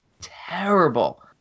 Terrible